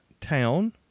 town